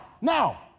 Now